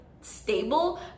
stable